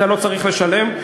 אתה לא צריך לשלם.